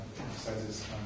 emphasizes